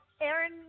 Aaron